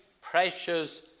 precious